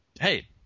hey